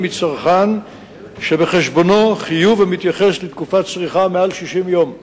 מצרכן שבחשבונו חיוב המתייחס לתקופת צריכה של מעל 60 יום,